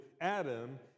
Adam